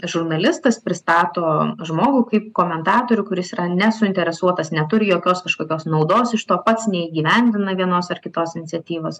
žurnalistas pristato žmogų kaip komentatorių kuris yra nesuinteresuotas neturi jokios kažkokios naudos iš to pats neįgyvendina vienos ar kitos iniciatyvos